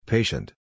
Patient